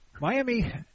Miami